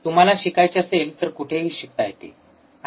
तुम्हाला शिकायचे असेल तर कुठेही शिकता येते